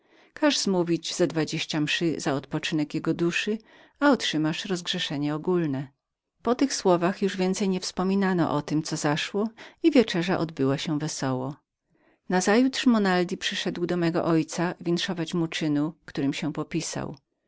każ zmówić ze dwadzieścia mszy za odpoczynek jego duszy a otrzymasz rozgrzeszenie ogólne po tych słowach już więcej nie wspominano o tem co zaszło i wieczerza odbyła się wesoło nazajutrz monaldi przyszedł do mego ojca powinszował mu zręczności i